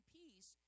peace